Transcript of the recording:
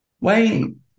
Wayne